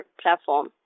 platform